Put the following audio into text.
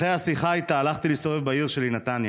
אחרי השיחה איתה הלכתי להסתובב בעיר שלי, נתניה.